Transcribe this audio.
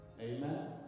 Amen